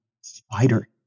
spider